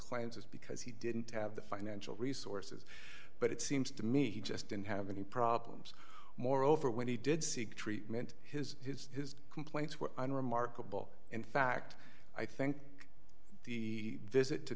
clients because he didn't have the financial resources but it seems to me he just didn't have any problems moreover when he did seek treatment his his his complaints were unremarkable in fact i think the visit to